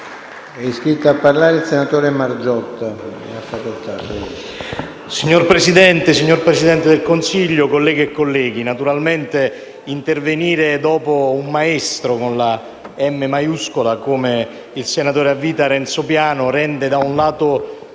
il senatore Margiotta.